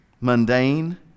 mundane